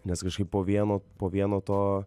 nes kažkaip po vieno po vieno to